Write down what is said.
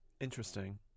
Interesting